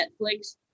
Netflix